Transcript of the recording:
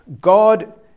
God